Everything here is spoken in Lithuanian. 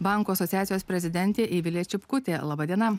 bankų asociacijos prezidentė eivilė čipkutė laba diena